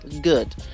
Good